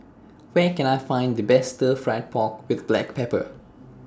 Where Can I Find The Best Stir Fried Pork with Black Pepper